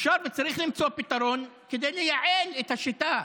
אפשר וצריך למצוא פתרון כדי לייעל את השיטה.